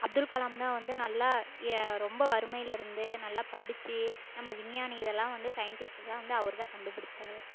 அப்துல் கலாம் தான் வந்து நல்லா ஏ ரொம்ப வறுமையில் இருந்து நல்லா படித்து நம்ம விஞ்ஞானி இதெல்லாம் வந்து சயின்டிஸ்ட்டு தான் வந்து அவர் தான் கண்டுப்பிடிச்சாரு